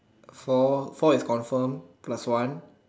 four four is confirm plus one